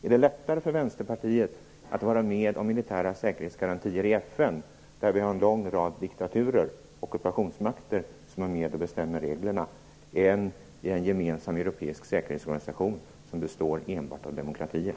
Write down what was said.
Är det lättare för Vänsterpartiet att vara med om militära säkerhetsgarantier i FN, där en lång rad diktaturer och ockupationsmakter är med och bestämmer reglerna, än i en gemensam europeisk säkerhetsorganisation som enbart består av demokratier?